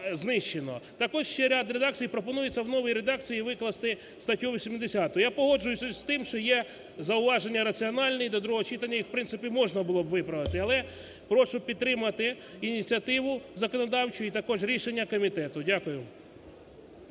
Так ось ще ряд редакцій, пропонується в новій редакції викласти статтю 80. Я погоджуюсь з тим, що є зауваження раціональні і до другого читання їх, в принципі, можна було б виправити. Але прошу підтримати ініціативу законодавчу і також рішення комітету. Дякую.